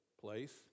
place